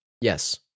Yes